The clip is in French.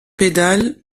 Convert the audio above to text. pédale